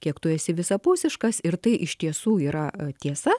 kiek tu esi visapusiškas ir tai iš tiesų yra tiesa